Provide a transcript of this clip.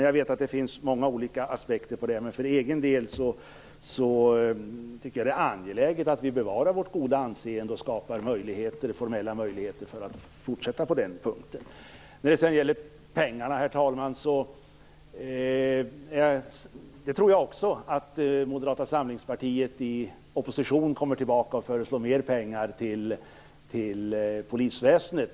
Jag vet att det finns många olika aspekter på det, men för egen del tycker jag det är angeläget att vi bevarar vårt goda anseende och skapar formella möjligheter att fortsätta på den punkten. När det sedan gäller pengarna, herr talman, tror jag också att Moderata samlingspartiet i opposition kommer tillbaka och föreslår mer pengar till polisväsendet.